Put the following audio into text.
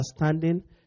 understanding